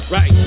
Right